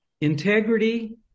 integrity